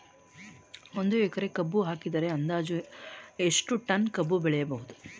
ಒಂದು ಎಕರೆ ಕಬ್ಬು ಹಾಕಿದರೆ ಅಂದಾಜು ಎಷ್ಟು ಟನ್ ಕಬ್ಬು ಬೆಳೆಯಬಹುದು?